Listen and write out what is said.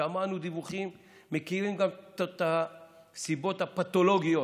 שמענו דיווחים ומכירים גם את הסיבות הפתולוגיות,